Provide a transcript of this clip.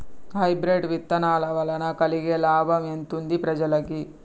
Hybrid విత్తనాల వలన కలిగే లాభం ఎంతుంది ప్రజలకి?